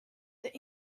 that